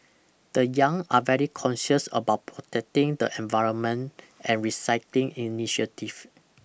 the young are very conscious about protecting the environment and recycling initiative